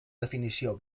definició